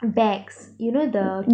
bags you know the